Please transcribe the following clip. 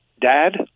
Dad